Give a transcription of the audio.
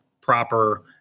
proper